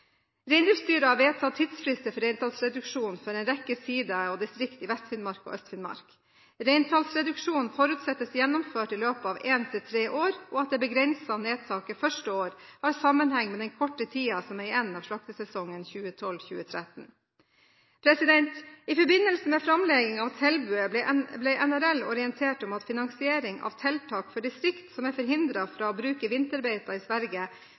har vedtatt tidsfrister for reintallsreduksjon for en rekke sidaer/distrikter i Vest-Finnmark og Øst-Finnmark. Reintallsreduksjonen forutsettes gjennomført i løpet av ett til tre år. Det begrensede uttaket første år har sammenheng med den korte tiden som er igjen av slaktesesongen 2012/2013. I forbindelse med framleggingen av tilbudet ble NRL orientert om at finansiering av tiltak for distrikter som er forhindret fra å bruke vinterbeiter i Sverige,